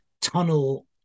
tunnel